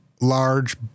large